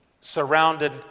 surrounded